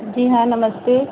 जी हाँ नमस्ते